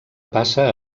passa